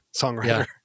songwriter